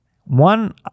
One